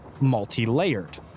multi-layered